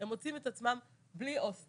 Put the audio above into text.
הם מוצאים את עצמם בלי הוסטל,